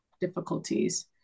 difficulties